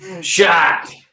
shot